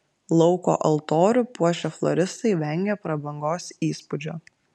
lauko altorių puošę floristai vengė prabangos įspūdžio